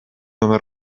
nome